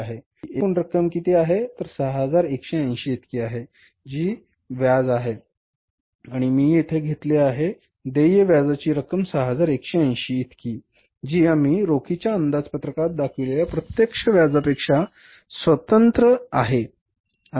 तर ही एकूण रक्कम किती आहे तर 6180 इतकी आहे जी देय व्याज आहे आणि मी येथे घेतले आहे देय व्याजाची रक्कम 6180 इतकी आहे जी आम्ही रोखीच्या अंदाजपत्रकात दाखविलेल्या प्रत्यक्ष व्याजापेक्षा स्वतंत्र आहे